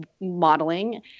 modeling